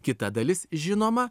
kita dalis žinoma